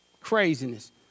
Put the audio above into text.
craziness